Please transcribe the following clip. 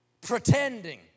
pretending